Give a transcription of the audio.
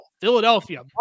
Philadelphia